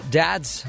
dads